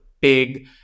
big